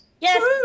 Yes